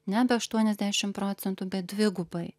nebe aštuoniasdešim procentų bet dvigubai